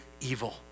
evil